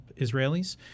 Israelis